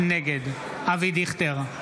נגד אבי דיכטר,